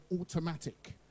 Automatic